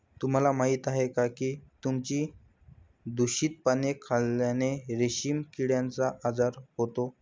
तुम्हाला माहीत आहे का की तुतीची दूषित पाने खाल्ल्याने रेशीम किड्याचा आजार होतो